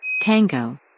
Tango